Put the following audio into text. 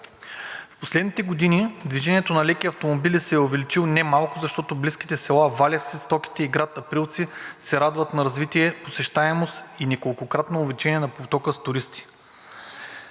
В последните години движението на леки автомобили се е увеличило немалко, защото близките села Валевци, Стоките и град Априлци се радват на развитие, посещаемост и неколкократно увеличение на потока с туристи.